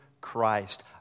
Christ